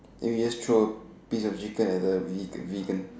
and we just throw a piece of chicken at the ve~ vegan